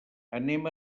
anem